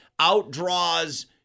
outdraws